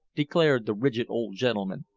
declared the rigid old gentleman,